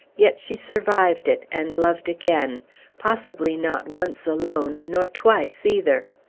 yet she survived it, and loved again possibly not once alone, nor twice either.